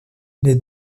les